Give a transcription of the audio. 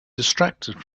distracted